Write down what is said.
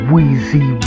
Weezy